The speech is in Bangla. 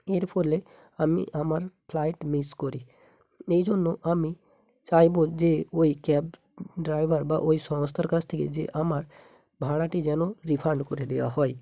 এর ফলে আমি আমার ফ্লাইট মিস করি এই জন্য আমি চাইবো যে ওই ক্যাব ড্রাইভার বা ওই সংস্থার কাছ থেকে যে আমার ভাড়াটি যেন রিফান্ড করে দেওয়া হয়